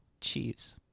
cheese